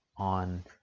on